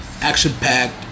action-packed